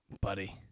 Buddy